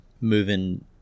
moving